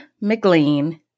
McLean